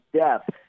depth